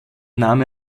nahm